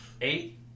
Eight